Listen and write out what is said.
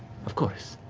of course.